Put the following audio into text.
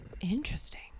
Interesting